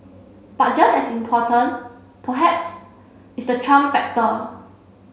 but just as important perhaps is the Trump factor